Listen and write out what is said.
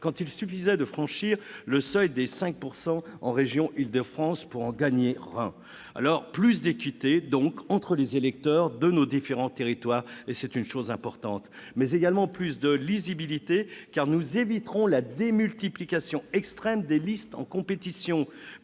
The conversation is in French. quand il suffisait de franchir le seuil des 5 % en région Ile-de-France pour en gagner un ! Il y aura donc plus d'équité entre les électeurs de nos différents territoires, et c'est une chose importante, mais également plus de lisibilité. En effet, nous éviterons la démultiplication extrême des listes en compétition